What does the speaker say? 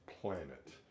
planet